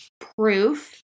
proof